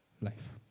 life